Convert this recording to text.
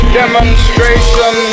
demonstration